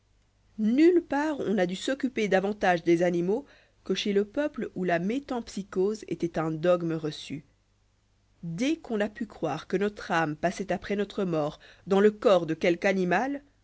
nulle part on n'a dû s'occuper davantage des animaux que chez le peuple où la métempsycose étoit un dogme reçu dès qu'on a pu croire que notre dé la fable ai âme passoit après notre mort dans le corps dé quelque animal